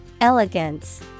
Elegance